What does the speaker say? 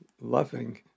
loving